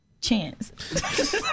Chance